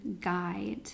guide